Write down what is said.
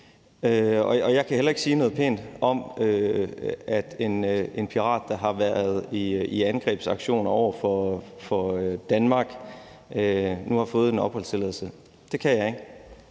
og jeg kan heller ikke sige noget pænt om, at en pirat, der har været i angrebsaktioner over for Danmark, nu har fået en opholdstilladelse. Det kan jeg ikke,